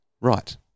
Right